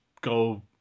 go